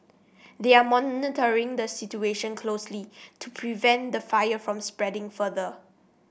they are monitoring the situation closely to prevent the fire from spreading further